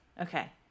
Okay